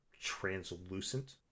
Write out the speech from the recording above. translucent